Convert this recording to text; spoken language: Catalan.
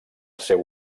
seu